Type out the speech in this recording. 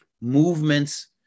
movements